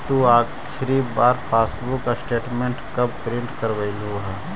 तु आखिरी बार पासबुक स्टेटमेंट कब प्रिन्ट करवैलु हल